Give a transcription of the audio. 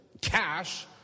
cash